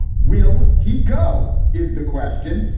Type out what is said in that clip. will he go? is the question.